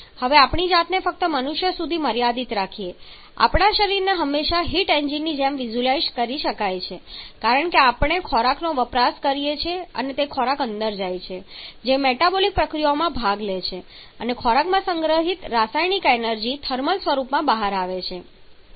હવે આપણી જાતને ફક્ત મનુષ્યો સુધી મર્યાદિત રાખીને આપણા શરીરને હંમેશા હીટ એન્જિનની જેમ વિઝ્યુઅલાઈઝ કરી શકાય છે કારણ કે આપણે ખોરાકનો વપરાશ કરીએ છીએ અને તે ખોરાક અંદર જાય છે જે મેટાબોલિક પ્રક્રિયાઓમાં ભાગ લે છે અને ખોરાકમાં સંગ્રહિત રાસાયણિક એનર્જી થર્મલ સ્વરૂપમાં બહાર આવે છે